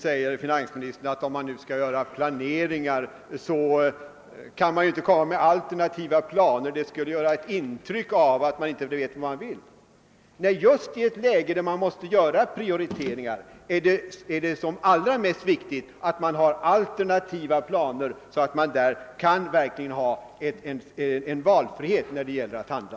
Om man skall planera, säger finansministern, kan man inte komma med några alternativa planer; de skulle ge intryck av att man inte vet vad man vill. Nej, just i ett läge där man måste göra prioriteringar är det som viktigast att man har alternativa planer så att man har valfrihet att handla.